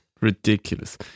ridiculous